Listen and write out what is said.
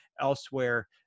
elsewhere